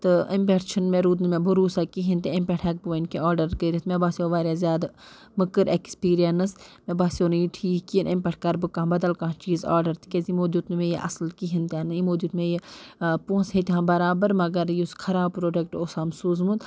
تہٕ اَمہِ پٮ۪ٹھٕ چھِنہٕ مےٚ روٗد نہٕ مےٚ بروسا کِہیٖنۍ تہِ امہِ پٮ۪ٹھٕ ہٮ۪کہٕ بہٕ وۄنۍ کہنٛہہ آرڈر کٔرِتھ مےٚ باسیو واریاہ زیادٕ مٔرکٕر ایٚکٕسپیٖریَنٕس مےٚ باسیو نہٕ یہِ ٹھیٖک کہیٖنۍ امہِ پٮ۪ٹھٕ کَرٕ بہٕ کانٛہہ بدل کانٛہہ چیٖز آرڈَر تِکیاز یِمو دیُت نہٕ مےٚ یہِ اَصٕل کہیٖنۍ تہِ نہٕ یِمو دیُت مےٚ یہِ پونٛسہٕ ہیٚتہِ ہم برابر مگر یُس خراب پرٛوڈکٹ اوس ہم سوٗزمُت